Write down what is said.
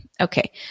Okay